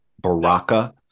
Baraka